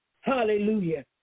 Hallelujah